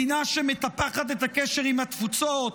מדינה שמטפחת את הקשר עם התפוצות,